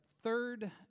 third